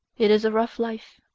it is a rough life.